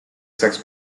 sex